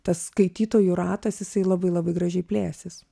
tas skaitytojų ratas jisai labai labai gražiai plėsis